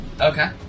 Okay